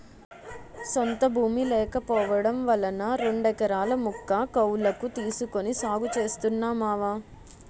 సొంత భూమి లేకపోవడం వలన రెండెకరాల ముక్క కౌలకు తీసుకొని సాగు చేస్తున్నా మావా